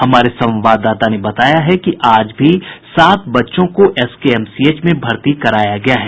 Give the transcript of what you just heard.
हमारे संवाददाता ने बताया है कि आज भी सात बच्चों को एसकेएमसीएच में भर्ती कराया गया है